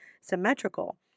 symmetrical